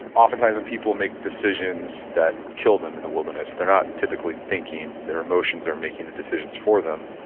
and oftentimes when people make decisions that kill them in the wilderness, they're not typically thinking, their emotions are making the decisions for them.